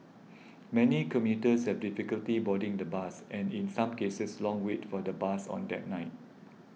many commuters had difficulty boarding the bus and in some cases long wait for the bus on that night